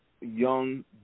young